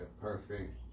perfect